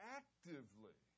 actively